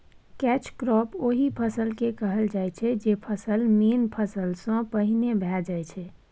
catch crop ओहि फसल केँ कहल जाइ छै जे फसल मेन फसल सँ पहिने भए जाइ छै